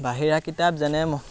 বাহিৰা কিতাপ যেনে ম